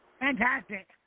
Fantastic